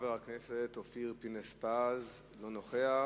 חבר הכנסת אופיר פינס-פז, אינו נוכח.